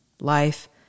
Life